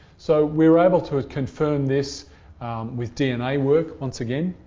so, we were able to confirm this with dna work once again.